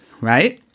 right